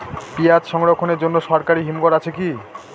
পিয়াজ সংরক্ষণের জন্য সরকারি হিমঘর আছে কি?